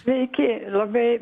sveiki labai